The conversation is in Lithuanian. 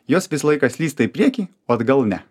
jos visą laiką slysta į priekį o atgal ne